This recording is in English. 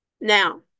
Now